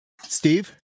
Steve